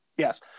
Yes